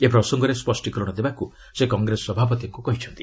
ଏ ପ୍ରସଙ୍ଗରେ ସ୍ୱଷ୍ଟୀକରଣ ଦେବାକୁ ସେ କଂଗ୍ରେସ ସଭାପତିଙ୍କୁ କହିଛନ୍ତି